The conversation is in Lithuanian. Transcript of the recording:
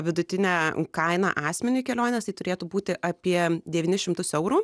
vidutinę kainą asmeniui kelionės tai turėtų būti apie devynis šimtus eurų